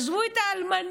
עזבו את האלמנה,